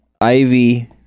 Ivy